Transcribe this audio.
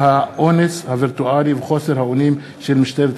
על האונס הווירטואלי וחוסר האונים של משטרת ישראל.